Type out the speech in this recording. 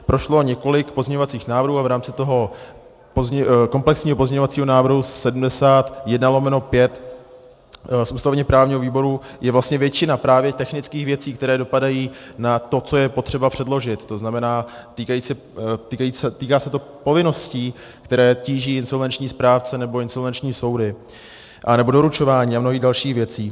Prošlo několik pozměňovacích návrhů a v rámci toho komplexního pozměňovacího návrhu 71/5 z ústavněprávního výboru je vlastně většina právě technických věcí, které dopadají na to, co je potřeba předložit, tzn. týká se to povinností, které tíží insolvenční správce nebo insolvenční soudy, anebo doručování a mnohých dalších věcí.